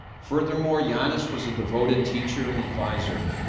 furthermore yeah ioannis was a devoted teacher and advisor.